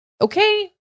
okay